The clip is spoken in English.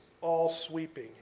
all-sweeping